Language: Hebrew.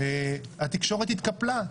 התקשורת התקפלה,